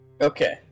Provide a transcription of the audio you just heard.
Okay